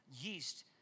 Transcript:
yeast